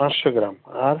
পাঁচশো গ্রাম আর